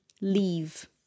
leave